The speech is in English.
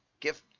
gift